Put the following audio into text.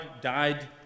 died